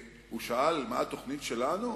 הוא שאל מה התוכנית שלנו?